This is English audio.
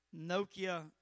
Nokia